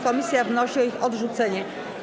Komisja wnosi o ich odrzucenie.